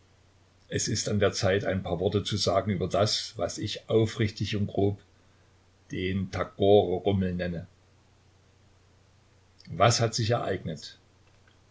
es ist an der zeit ein paar worte zu sagen über das was ich aufrichtig und grob den tagorerummel nenne was hat sich ereignet